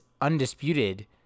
undisputed